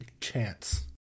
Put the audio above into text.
chance